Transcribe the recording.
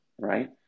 right